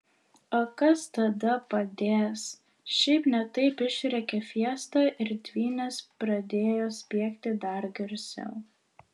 o kas tada padės šiaip ne taip išrėkė fiesta ir dvynės pradėjo spiegti dar garsiau